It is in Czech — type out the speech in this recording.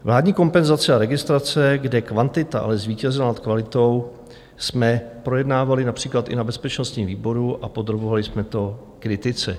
Vládní kompenzace a registrace, kde kvantita ale zvítězila nad kvalitou, jsme projednávali například i na bezpečnostním výboru a podrobovali jsme to kritice.